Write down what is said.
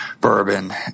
bourbon